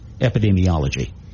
epidemiology